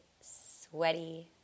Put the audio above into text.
sweaty